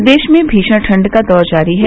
प्रदेश में भीषण ठण्ड का दौर जारी है